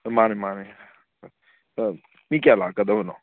ꯃꯥꯅꯦ ꯃꯥꯅꯦ ꯃꯤ ꯀꯌꯥ ꯂꯥꯛꯀꯗꯕꯅꯣ